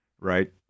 right